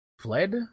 Fled